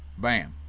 bam.